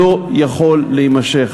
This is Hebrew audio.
לא יכול להימשך.